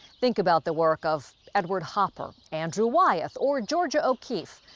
think about the work of edward hopper, andrew wyeth or georgia o'keefe.